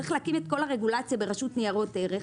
צריך להקים את כל הרגולציה ברשות ניירות ערך.